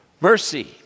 mercy